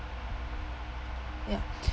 ya